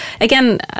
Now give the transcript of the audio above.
again